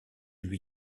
lui